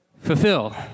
fulfill